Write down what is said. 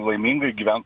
laimingai gyvent